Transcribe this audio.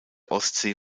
ostsee